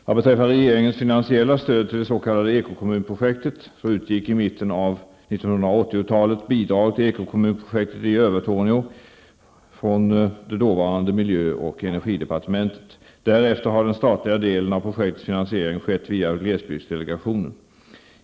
Vad beträffar regeringens finansiella stöd till det s.k. ekokommunprojektet utgick i mitten av 1980 Därefter har den statliga delen av projektets finansiering skett via glesbygdsdelegationen.